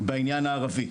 בעניין הערבי.